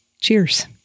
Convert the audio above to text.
Cheers